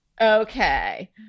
Okay